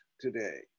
today